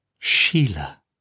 Sheila